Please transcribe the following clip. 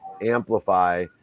amplify